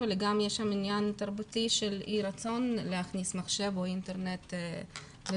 אלא יש שם עניין תרבותי של אי רצון להכניס מחשב או אינטרנט הביתה.